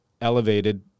elevated